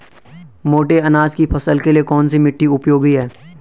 मोटे अनाज की फसल के लिए कौन सी मिट्टी उपयोगी है?